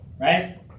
Right